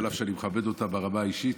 אף שאני מכבד אותה ברמה האישית,